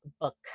book